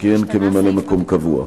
שכיהן כממלא-מקום קבוע.